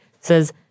says